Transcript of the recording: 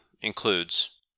includes